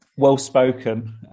well-spoken